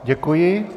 Děkuji.